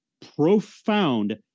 profound